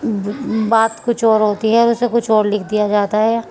بات کچھ اور ہوتی ہے اسے کچھ اور لکھ دیا جاتا ہے